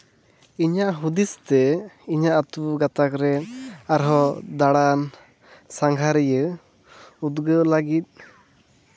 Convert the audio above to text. ᱤᱧᱟᱹᱜ ᱦᱩᱫᱤᱥ ᱛᱮ ᱤᱧᱟᱹᱜ ᱟᱹᱛᱩ ᱜᱟᱛᱟᱠ ᱨᱮᱱ ᱟᱨᱦᱚᱸ ᱫᱟᱬᱟᱱ ᱥᱟᱸᱜᱷᱟᱨᱤᱭᱟᱹ ᱩᱫᱽᱜᱟᱹᱣ ᱞᱟᱹᱜᱤᱫ